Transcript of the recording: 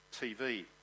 TV